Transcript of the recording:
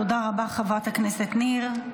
תודה רבה, חברת הכנסת ניר.